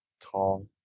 tall